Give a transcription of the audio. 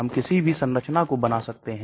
हम बहुत सारे संरचनात्मक संशोधन कर सकते हैं